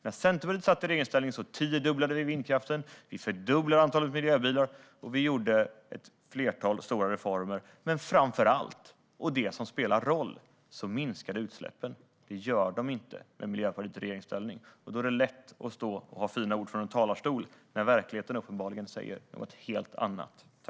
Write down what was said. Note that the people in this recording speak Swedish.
När Centerpartiet satt i regeringsställning tiodubblade vi vindkraften, fördubblade antalet miljöbilar och genomförde ett flertal stora reformer. Framför allt - och det är det som spelar roll - minskade utsläppen. Det gör de inte med Miljöpartiet i regeringsställning. Det är lätt att stå i talarstolen och säga fina ord, men verkligheten säger uppenbarligen något helt annat.